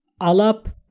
alap